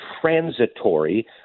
transitory